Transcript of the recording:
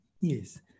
Yes